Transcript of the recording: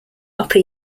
upper